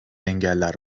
engeller